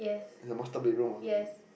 and the master bed room was a